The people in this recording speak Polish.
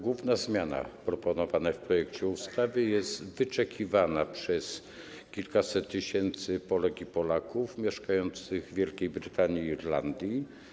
Główna zmiana proponowana w projekcie ustawy jest wyczekiwana przez kilkaset tysięcy Polek i Polaków mieszkających w Wielkiej Brytanii i Irlandii.